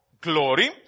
Glory